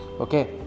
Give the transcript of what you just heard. okay